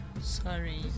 sorry